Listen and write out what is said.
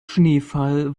schneefall